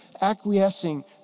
acquiescing